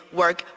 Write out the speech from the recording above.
work